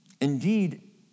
Indeed